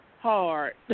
hard